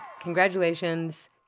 congratulations